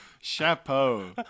Chapeau